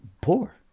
poor